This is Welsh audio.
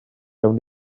gawn